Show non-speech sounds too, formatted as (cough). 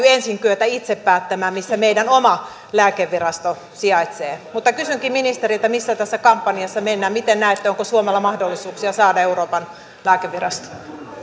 (unintelligible) ensin itse päättämään missä meidän oma lääkevirastomme sijaitsee kysynkin ministeriltä missä tässä kampanjassa mennään miten näette onko suomella mahdollisuuksia saada euroopan lääkevirasto